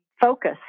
focus